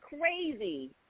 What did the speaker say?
crazy